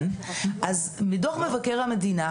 מדו"ח מבקר המדינה,